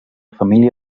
família